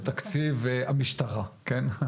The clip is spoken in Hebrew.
בתקציב המשטרה, כן?